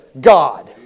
God